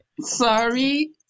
Sorry